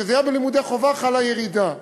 וכשזה בלימודי חובה חלה ירידה.